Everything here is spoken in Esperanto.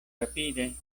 rapide